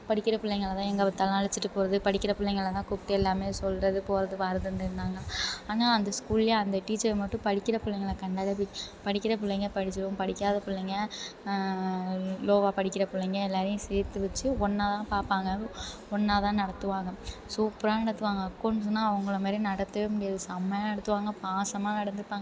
படிக்கிற பிள்ளைங்கள தான் எங்கே பார்த்தாலும் அழைச்சிட்டு போகிறது படிக்கிற பிள்ளைங்கள தான் கூப்பிட்டு எல்லாமே சொல்கிறது போகிறது வர்றதுன்னு இருந்தாங்க ஆனால் அந்த ஸ்கூலில் அந்த டீச்சர் மட்டும் படிக்கிற பிள்ளைங்கள கண்டாலே புடிக் படிக்கிற பிள்ளைங்க படிச்சுடும் படிக்காத பிள்ளைங்க லோவாக படிக்கிற பிள்ளைங்க எல்லோரையும் சேர்த்து வெச்சி ஒன்னாக தான் பார்ப்பாங்க ஒன்னாக தான் நடத்துவாங்க சூப்பராக நடத்துவாங்க அக்கௌண்ட்ஸுனா அவங்கள மாரி நடத்தவே முடியாது செம்மையாக நடத்துவாங்க பாசமாக நடந்துப்பாங்க